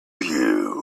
you